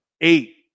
Eight